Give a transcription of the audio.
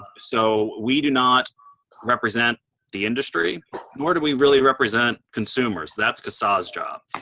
so we do not represent the industry nor do we really represent consumers. that's casaa's job.